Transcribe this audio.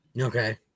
Okay